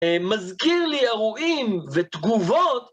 מזכיר לי אירועים ותגובות.